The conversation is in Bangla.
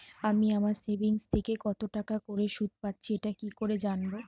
আমি আমার সেভিংস থেকে কতটাকা করে সুদ পাচ্ছি এটা কি করে জানব?